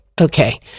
Okay